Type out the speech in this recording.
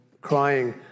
crying